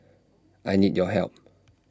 I need your help